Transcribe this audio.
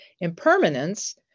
Impermanence